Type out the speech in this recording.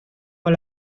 con